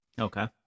Okay